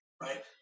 right